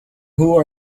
who